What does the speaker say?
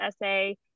essay